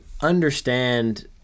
understand